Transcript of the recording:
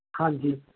ਹਾਂਜੀ